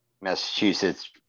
massachusetts